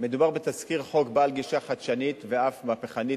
מדובר בתזכיר חוק בעל גישה חדשנית ואף מהפכנית,